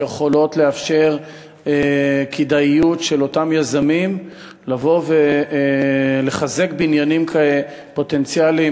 שיכולות לאפשר כדאיות של אותם יזמים לבוא ולחזק בניינים פוטנציאליים,